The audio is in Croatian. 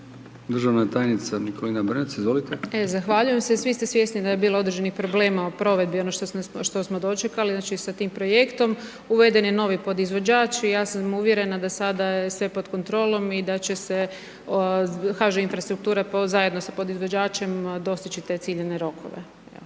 Državna tajnica Nikolina Brnjac, izvolite. **Brnjac, Nikolina** Zahvaljujem se. Svi ste svjesni da je bilo određenih problema o provedbi, ono što smo dočekali znači sa tim projektom, uveden je novi podizvođač i ja sam uvjerena da sada je sve pod kontrolom i da će se HŽ infrastruktura zajedno sa podizvođačem dostići te ciljane rokove.